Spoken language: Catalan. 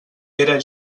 era